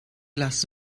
glas